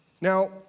Now